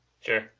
sure